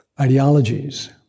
ideologies